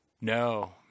No